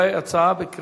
אם כן הצעת החוק התקבלה,